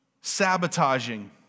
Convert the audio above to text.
sabotaging